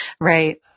right